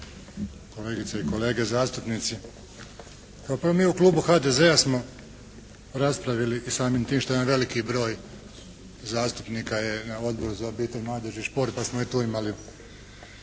kolegice i kolege zastupnici. Pa mi u klubu HDZ-a smo raspravili i samim tim što je jedan veliki broj zastupnika je na Odboru za obitelj, mladež i šport pa smo i tu imali